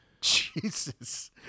Jesus